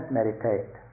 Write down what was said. meditate